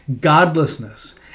godlessness